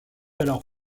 alors